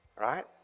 Right